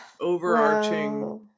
overarching